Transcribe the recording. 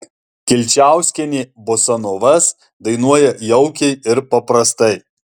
kilčiauskienė bosanovas dainuoja jaukiai ir paprastai